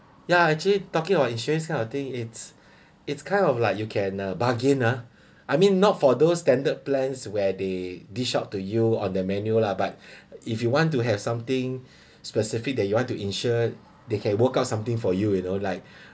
ya actually talking about insurance kind of thing it's it's kind of like you can uh bargain ah I mean not for those standard plans where they dish out to you on their menu lah but if you want to have something specific that you want to insure they can work out something for you you know like